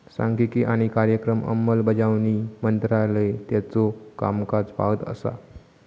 सांख्यिकी आणि कार्यक्रम अंमलबजावणी मंत्रालय त्याचो कामकाज पाहत असा